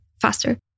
faster